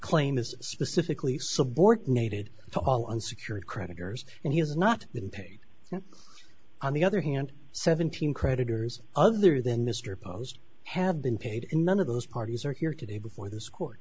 claim is specifically subordinated to all unsecured creditors and he has not been paid on the other hand seventeen creditors other than mr post have been paid and none of those parties are here today before this court